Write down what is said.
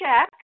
check